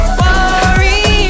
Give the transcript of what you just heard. worry